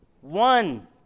one